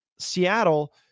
Seattle